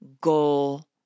goal